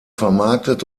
vermarktet